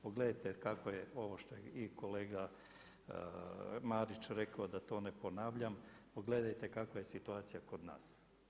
Pogledajte kako je ovo što je i kolega Marić rekao da to ne ponavljam, pogledajte kakva je situacija kod nas.